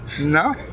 No